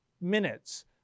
minutes